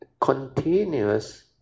continuous